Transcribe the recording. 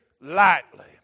lightly